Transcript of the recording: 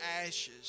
ashes